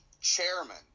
chairman